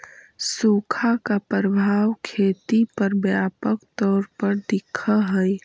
सुखा का प्रभाव खेती पर व्यापक तौर पर दिखअ हई